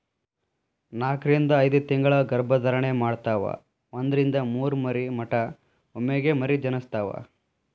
ನಾಕರಿಂದ ಐದತಿಂಗಳ ಗರ್ಭ ಧಾರಣೆ ಮಾಡತಾವ ಒಂದರಿಂದ ಮೂರ ಮರಿ ಮಟಾ ಒಮ್ಮೆಗೆ ಮರಿ ಜನಸ್ತಾವ